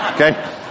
Okay